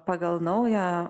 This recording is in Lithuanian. pagal naują